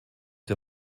der